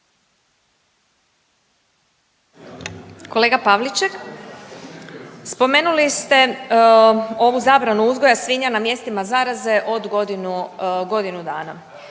Kolega Pavliček, spomenuli ste ovu zabranu uzgoja svinja na mjestima zaraze od godinu,